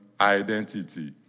identity